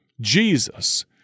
Jesus